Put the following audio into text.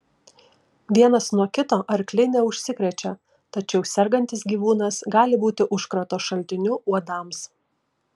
vienas nuo kito arkliai neužsikrečia tačiau sergantis gyvūnas gali būti užkrato šaltiniu uodams